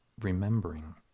remembering